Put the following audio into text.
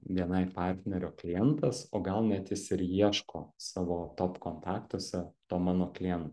bni partnerio klientas o gal net jis ir ieško savo top kontaktuose to mano kliento